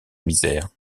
misère